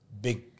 big